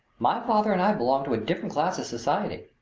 my father and i belong to a different class of society.